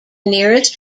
nearest